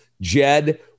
Jed